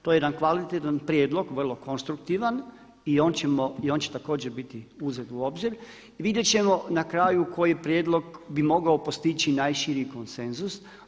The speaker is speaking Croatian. To je jedan kvalitetan prijedlog, vrlo konstruktivan i on će također biti uzet u obzir i vidjeti ćemo na kraju koji prijedlog bi mogao postići najširi konsenzus.